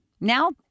Now